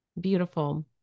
beautiful